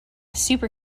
super